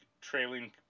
trailing